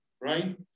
right